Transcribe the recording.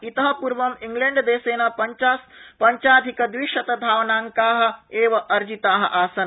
इत पूर्व इंग्लैण्डदेशेन पंचाधिकद्विशतधावनांका एव अर्जिता आसन्